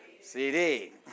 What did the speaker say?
CD